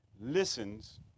listens